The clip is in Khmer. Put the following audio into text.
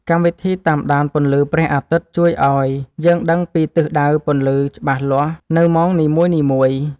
កម្មវិធីតាមដានពន្លឺព្រះអាទិត្យ ជួយឱ្យយើងដឹងពីទិសដៅពន្លឺច្បាស់លាស់នៅម៉ោងនីមួយៗ។